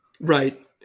Right